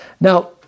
Now